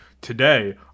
today